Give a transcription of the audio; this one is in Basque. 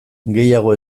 gehiago